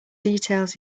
details